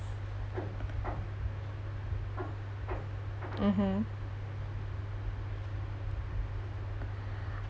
mmhmm